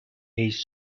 his